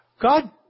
God